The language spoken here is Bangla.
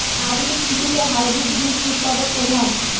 আধুনিক কৃষিতে হাইব্রিড বীজ উৎপাদন প্রধান